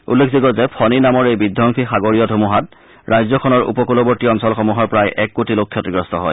উল্লেখযোগ্য যে ফণী নামৰ এই বিধবংসী সাগৰীয় ধুমুহাত ৰাজ্যখনৰ উপকূলৱৰ্তী অঞ্চলসমূহৰ প্ৰায় এক কোটি লোক ক্ষতিগ্ৰস্ত হয়